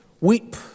weep